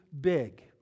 big